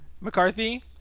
McCarthy